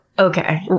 Okay